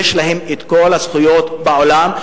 יש להם כל הזכויות בעולם,